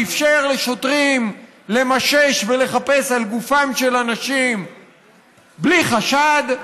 שאפשר לשוטרים למשש ולחפש על גופם של אנשים בלי חשד,